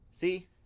See